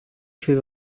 viel